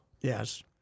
Yes